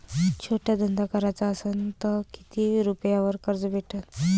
छोटा धंदा कराचा असन तर किती रुप्यावर कर्ज भेटन?